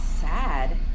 sad